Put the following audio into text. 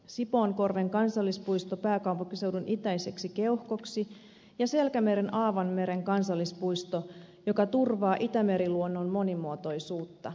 sipoonkorven kansallispuisto pääkaupunkiseudun itäiseksi keuhkoksi ja selkämeren aavan meren kansallispuisto joka turvaa itämeri luonnon monimuotoisuutta